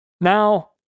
Now